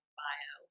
bio